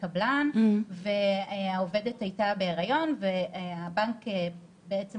קבלן והעובדת הייתה בהיריון והבנק בעצם,